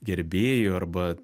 gerbėjų arba